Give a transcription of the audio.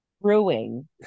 brewing